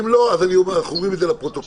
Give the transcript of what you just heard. אם לא אנחנו אומרים את זה לפרוטוקול,